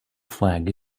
flag